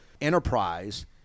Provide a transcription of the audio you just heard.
enterprise